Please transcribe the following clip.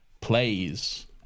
plays